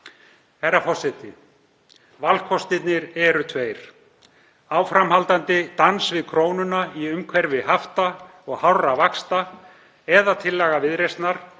Herra forseti. Valkostirnir eru tveir; áframhaldandi dans krónunnar í umhverfi hafta og hárra vaxta eða tillaga Viðreisnar,